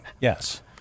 Yes